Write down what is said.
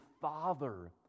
father